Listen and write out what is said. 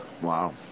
Wow